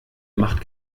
macht